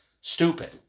Stupid